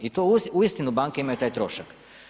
I to uistinu banke imaju taj trošak.